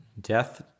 Death